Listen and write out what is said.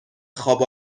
خواب